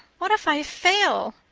what if i fail!